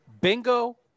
Bingo